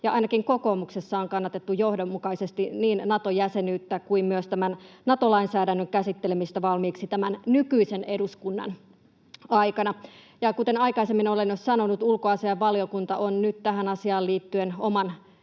ainakin kokoomuksessa on kannatettu johdonmukaisesti niin Nato-jäsenyyttä kuin myös tämän Nato-lainsäädännön käsittelemistä valmiiksi tämän nykyisen eduskunnan aikana. Ja kuten aikaisemmin olen jo sanonut, ulkoasiainvaliokunta on nyt tähän asiaan liittyen oman